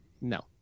no